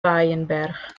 waaijenberg